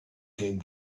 came